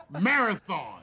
marathon